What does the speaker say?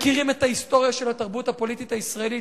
מכירים את ההיסטוריה של התרבות הפוליטית הישראלית,